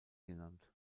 genannt